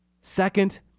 Second